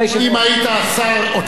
אם היית שר אוצר,